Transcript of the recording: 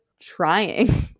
trying